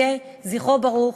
יהא זכרו ברוך.